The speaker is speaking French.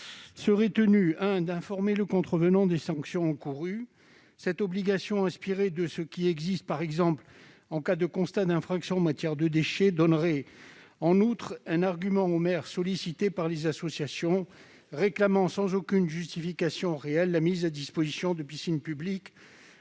serait d'abord tenu d'informer le contrevenant des sanctions encourues. Cette obligation, inspirée de ce qui existe en cas de constat d'infraction en matière de déchets, donnerait en outre un argument aux maires sollicités par des associations qui réclament, sans aucune justification réelle, la mise à disposition de piscines publiques